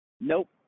Nope